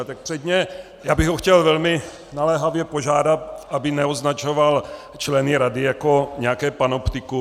Tak předně bych ho chtěl velmi naléhavě požádat, aby neoznačoval členy rady jako nějaké panoptikum.